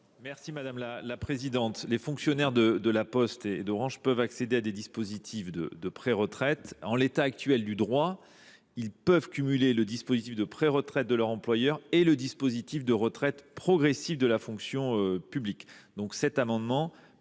le ministre délégué. Les fonctionnaires de La Poste et d’Orange peuvent accéder à des dispositifs de préretraite. En l’état actuel du droit, ils peuvent cumuler le dispositif de préretraite de leur employeur et le dispositif de retraite progressive de la fonction publique.